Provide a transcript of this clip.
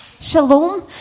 shalom